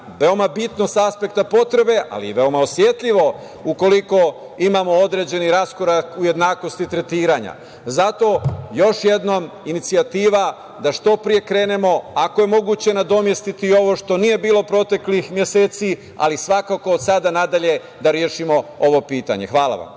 veoma bitno sa aspekta potrebe, ali i veoma osetljivo ukoliko imamo određeni raskorak u jednakosti tretiranja. Zato, još jednom, inicijativa da što pre krenemo, ako je moguće nadomestiti ovo što nije bilo proteklih meseci, ali svakako od sada nadalje da rešimo ovo pitanje. Hvala.